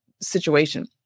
situation